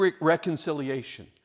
reconciliation